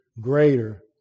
greater